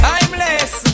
Timeless